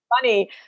funny